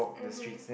mmhmm